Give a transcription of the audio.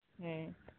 ᱦᱮᱸ